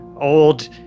old